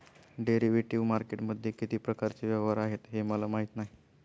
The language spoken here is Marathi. डेरिव्हेटिव्ह मार्केटमध्ये किती प्रकारचे व्यवहार आहेत हे मला माहीत नाही